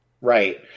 Right